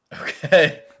Okay